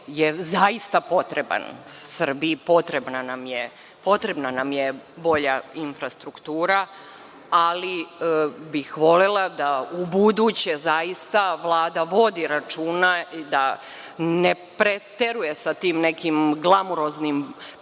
zaista potreban Srbiji, potrebna nam je bolja infrastruktura, ali bih volela da ubuduće Vlada zaista vodi računa da ne preteruje sa tim nekim glamuroznim,